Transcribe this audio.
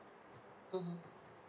mmhmm